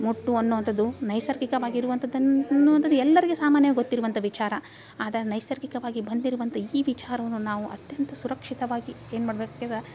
ಮುಟ್ಟು ಅನ್ನೋವಂಥದ್ದು ನೈಸರ್ಗಿಕವಾಗಿರುವಂಥದ್ದನ್ನು ಅಂತಂದು ಎಲ್ಲರಿಗೂ ಸಾಮಾನ್ಯವಾಗಿ ಗೊತ್ತಿರುವಂಥ ವಿಚಾರ ಆದರೆ ನೈಸರ್ಗಿಕವಾಗಿ ಬಂದಿರುವಂಥ ಈ ವಿಚಾರವನ್ನು ನಾವು ಅತ್ಯಂತ ಸುರಕ್ಷಿತವಾಗಿ ಏನು ಮಾಡ್ಬೇಕಾಗಿದೆ